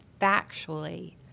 factually